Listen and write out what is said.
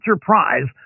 Prize